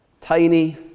Tiny